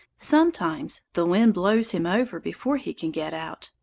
sometimes the wind blows him over before he can get out,